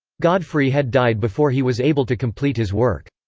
godfrey had died before he was able to complete his work.